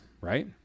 right